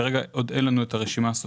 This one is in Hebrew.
כרגע אין לנו הרשימה הסופית.